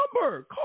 number